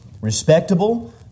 respectable